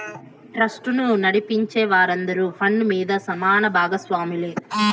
ట్రస్టును నడిపించే వారందరూ ఫండ్ మీద సమాన బాగస్వాములే